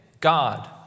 God